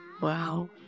Wow